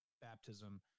baptism